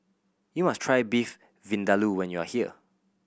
you must try Beef Vindaloo when you are here